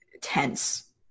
tense